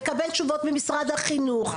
נקבל תשובות ממשרד החינוך.